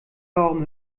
warum